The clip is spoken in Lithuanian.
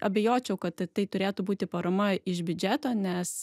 abejočiau kad tai turėtų būti parama iš biudžeto nes